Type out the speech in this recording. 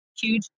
huge